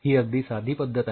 ही अगदी साधी पद्धत आहे